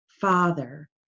father